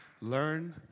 Learn